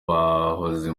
bahoze